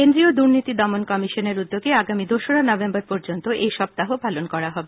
কেন্দ্রীয় দুর্নীতি দমন কমিশনের উদ্যোগে আগামী দোসরা নভেম্বর পর্যন্ত এই সপ্তাহ পালন করা হবে